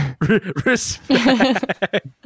Respect